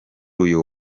uyu